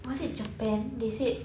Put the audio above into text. was it japan they said